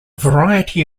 variety